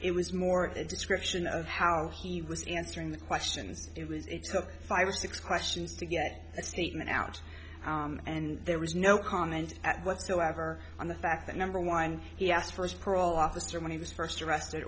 it was more a description of how he was answering the questions it was five or six questions to get a statement out and there was no comment at whatsoever on the fact that number one he asked first parole officer when he was first arrested